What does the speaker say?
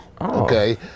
Okay